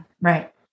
right